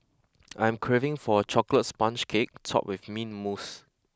I am craving for a chocolate sponge cake topped with mint mousse